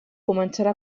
començarà